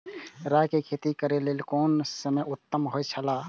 राय के खेती करे के लेल कोन समय उत्तम हुए छला?